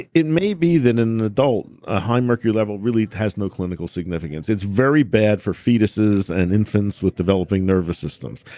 it it may be that in an adult, a high mercury level really has no clinical significance. it's very bad for fetuses and infants with developing nervous systems,